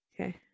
Okay